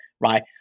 right